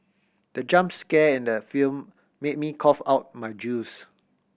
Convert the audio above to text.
the jump scare in the film made me cough out my juice